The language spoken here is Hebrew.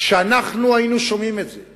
כשאנחנו היינו שומעים את זה,